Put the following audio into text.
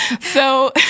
So-